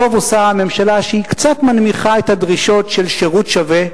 טוב עושה הממשלה שהיא קצת מנמיכה את הדרישות של שירות שווה,